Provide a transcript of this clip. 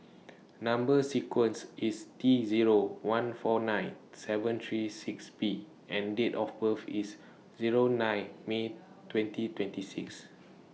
Number sequence IS T Zero one four nine seven three six B and Date of birth IS Zero nine May twenty twenty six